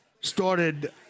started